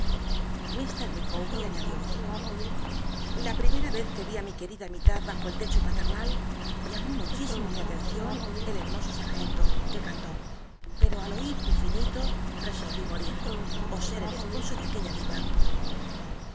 micawber añadió la pl'imera vez que vi á mi c ucrida mitad bajo el techo paternal llamó muchísimo mi atencion el hermoso sargento que cantó pero al oir tu finito resolví morir ó ser el csposo de aquella diva